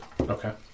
Okay